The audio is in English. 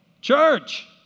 Church